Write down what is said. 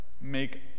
make